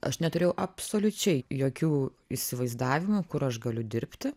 aš neturėjau absoliučiai jokių įsivaizdavimų kur aš galiu dirbti